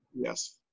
Yes